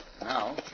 Now